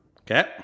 Okay